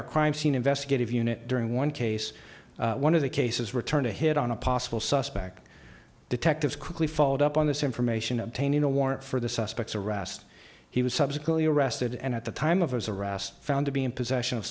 a crime scene investigative unit during one case one of the cases returned a hit on a possible suspect detectives quickly followed up on this information obtaining a warrant for the suspects arrest he was subsequently arrested and at the time of his arrest found to be in possession of